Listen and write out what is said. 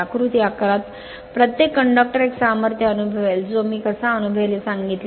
आकृती 11 त प्रत्येक कंडक्टर एक सामर्थ्य अनुभवेल जो मी कसा अनुभवेल हे सांगितले